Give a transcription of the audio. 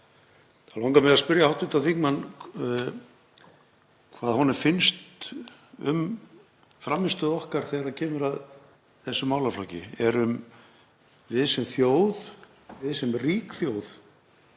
þá langar mig að spyrja hv. þingmann hvað honum finnst um frammistöðu okkar þegar kemur að þessum málaflokki. Erum við sem þjóð, við sem rík þjóð,